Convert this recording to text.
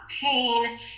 pain